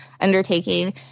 undertaking